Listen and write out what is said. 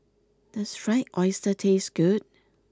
does Fried Oyster taste good